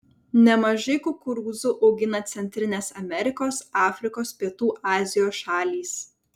nemažai kukurūzų augina centrinės amerikos afrikos pietų azijos šalys